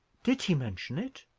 did he mention it?